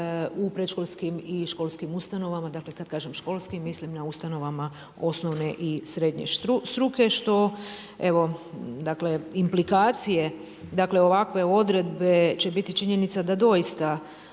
u predškolskim i školskim ustanovama, dakle kad kažem školskim mislim na ustanove osnovne i srednje struke što evo dakle implikacije, dakle ovakve odredbe će biti činjenica da doista